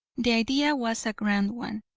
the idea was a grand one,